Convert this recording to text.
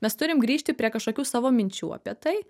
mes turim grįžti prie kažkokių savo minčių apie tai